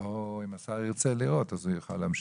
ואז אם השר ירצה לראות הוא יוכל להמשיך.